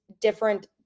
different